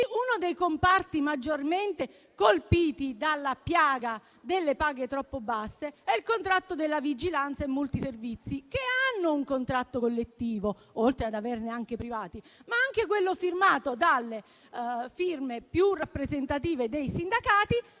Uno dei comparti maggiormente colpiti dalla piaga delle paghe troppo basse è il contratto della vigilanza e multiservizi, che hanno un contratto collettivo, oltre ad averne di privati, ma anche quello sottoscritto dalle firme più rappresentative dei sindacati